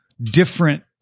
different